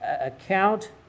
account